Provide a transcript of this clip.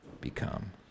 become